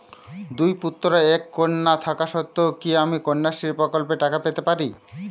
দুই পুত্র এক কন্যা থাকা সত্ত্বেও কি আমি কন্যাশ্রী প্রকল্পে টাকা পেতে পারি?